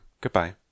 Goodbye